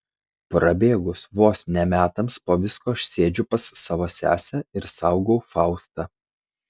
prabėgus vos ne metams po visko aš sėdžiu pas savo sesę ir saugau faustą